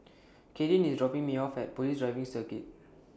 Kadyn IS dropping Me off At Police Driving Circuit